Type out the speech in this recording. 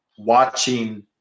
watching